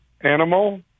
animal